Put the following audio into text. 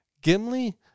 Gimli